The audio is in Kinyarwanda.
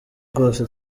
rwose